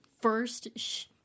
first